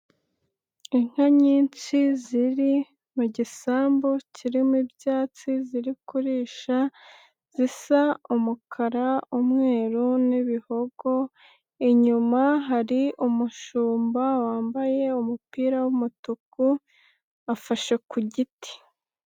Inka nyinshi ziri mu gisambu. Kirimo ibyatsi, ziri kurisha. Zisa umukara, umweru n'ibihogo. Inyuma hari umushumba wambaye umupira w'umutuku afashe ku giti.